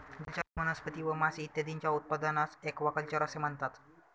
जलचर वनस्पती व मासे इत्यादींच्या उत्पादनास ॲक्वाकल्चर असे म्हणतात